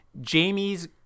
Jamie's